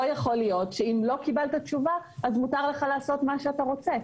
יכול להיות שאם לא קיבלת תשובה אז מותר לך לעשות מה שאתה רוצה.